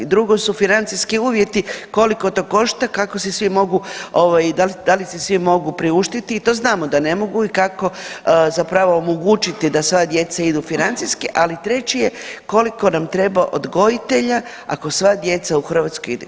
Drugo su financijski uvjeti koliko to košta, kako se svi mogu ovaj i da li si svi mogu priuštiti i to znamo da ne mogu i kako zapravo omogućiti da sva djeca idu financijski, ali treće je, koliko nam treba odgojitelja ako sva djeca u Hrvatskoj idu?